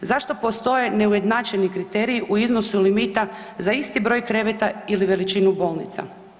Zašto postoje neujednačeni kriteriji u iznosu limita za isti broj kreveta ili veličinu bolnica?